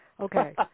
Okay